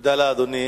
תודה לאדוני.